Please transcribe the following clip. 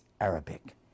Arabic